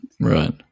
Right